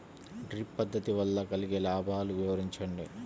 Drip పద్దతి వల్ల కలిగే లాభాలు వివరించండి?